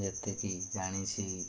ଯେତିକି ଜାଣିଛି